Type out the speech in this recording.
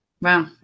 Wow